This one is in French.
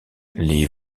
les